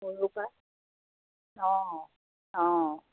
সৰুৰ পৰা অঁ অঁ